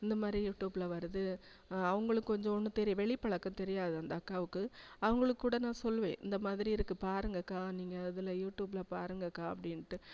இந்த மாதிரி யூடூப்பில் வருது அவங்களுக்கு கொஞ்சம் ஒன்று தெரி வெளிப்பழக்கம் தெரியாது அந்த அக்காவுக்கு அவங்களுக்கூட நான் சொல்லுவேன் இந்த மாதிரி இருக்குது பாருங்கக்கா நீங்கள் இதில் யூடூப்பில் பாருங்கக்கா அப்படின்ட்டு